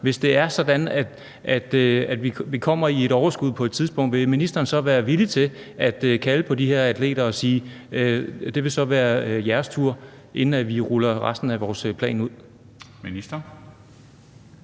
Hvis det er sådan, at vi kommer i overskud på et tidspunkt, vil ministeren så være villig til at kontakte de her atleter og sige, at det så vil være deres tur, inden vi ruller resten af vores plan ud?